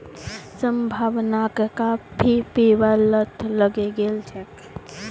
संभावनाक काफी पीबार लत लगे गेल छेक